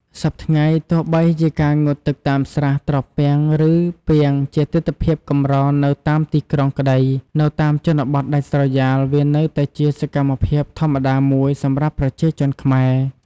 សព្វថ្ងៃ ទោះបីជាការងូតទឹកតាមស្រះ ត្រពាំង ឬ ពាងជាទិដ្ឋភាពកម្រនៅតាមទីក្រុងក្ដី នៅតាមជនបទដាច់ស្រយាលវានៅតែជាសកម្មភាពធម្មតាមួយសម្រាប់ប្រជាជនខ្មែរ។